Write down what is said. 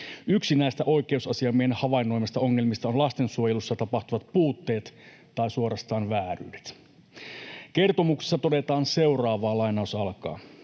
Yksi näistä oikeusasiamiehen havainnoimista ongelmista on lastensuojelussa tapahtuvat puutteet tai suorastaan vääryydet. Kertomuksessa todetaan seuraavaa: